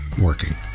working